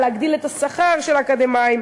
להגדיל את השכר של האקדמאים,